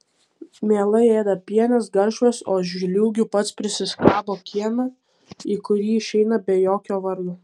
mielai ėda pienes garšvas o žliūgių pats prisiskabo kieme į kurį išeina be jokio vargo